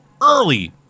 early